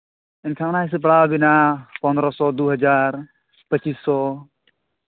ᱮᱱᱠᱷᱟᱱ ᱚᱱᱟ ᱦᱤᱥᱟᱹᱵ ᱯᱟᱲᱟᱣ ᱟᱹᱵᱤᱱᱟ ᱯᱚᱱᱨᱚ ᱥᱚ ᱫᱩ ᱦᱟᱡᱟᱨ ᱯᱚᱸᱪᱤᱥ ᱥᱚ